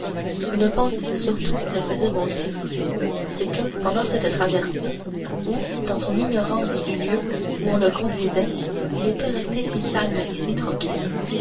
une pensée surtout le faisait bondir c'est que pendant cette traversée où dans son ignorance du lieu où on le conduisait il était resté si calme et si tranquille